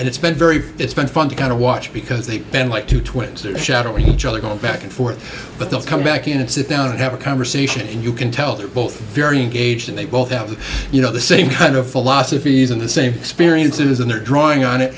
and it's been very it's been fun to kind of watch because they've been like two twenty shadow each other going back and forth but they'll come back in and sit down and have a conversation and you can tell they're both very engaged and they both have you know the same kind of philosophies and the same experiences and they're drawing on it